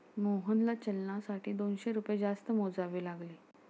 मोहनला चलनासाठी दोनशे रुपये जास्त मोजावे लागले